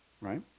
right